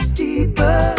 deeper